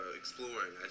exploring